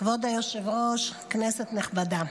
כבוד היושב-ראש, כנסת נכבדה,